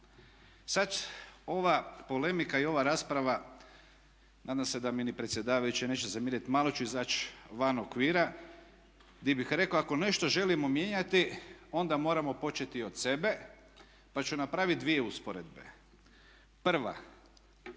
Sada ova polemika i ova rasprava, nadam se da mi ni predsjedavajući neće zamjeriti, malo ću izaći van okvira gdje bih rekao ako nešto želimo mijenjati onda moramo početi od sebe pa ću napraviti dvije usporedbe. Prva,